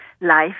life